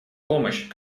помощь